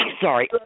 Sorry